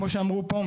כמו שאמרו פה,